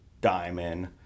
diamond